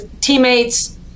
teammates